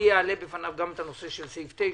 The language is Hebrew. אני אעלה בפניו גם את הנושא של סעיף 9,